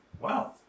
wow